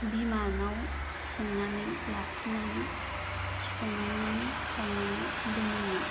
बिमानाव सोंनानै लाखिनानै संनानै खावनानै दोनोमोन